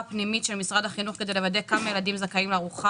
פנימית של משרד החינוך כדי לוודא כמה ילדים זכאים לארוחה